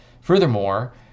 Furthermore